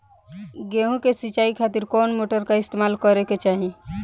गेहूं के सिंचाई खातिर कौन मोटर का इस्तेमाल करे के चाहीं?